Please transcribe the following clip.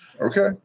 Okay